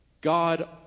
God